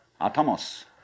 atomos